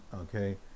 Okay